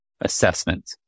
assessment